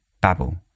Babel